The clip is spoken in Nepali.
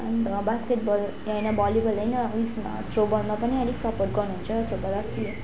अन्त बास्केटबल ए होइन भलिबल होइन उयोस् थ्रोबलमा पनि अलिक सपोर्ट गर्नुहुन्छ थ्रोबल अस्ति